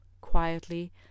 quietly